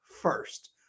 first